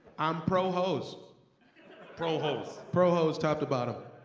um pro-hos pro-hos pro-hos top to bottom.